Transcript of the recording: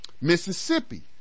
mississippi